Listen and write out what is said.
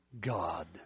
God